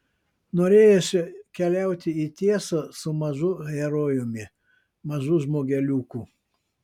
norėjosi keliauti į tiesą su mažu herojumi mažu žmogeliuku